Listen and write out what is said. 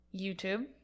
YouTube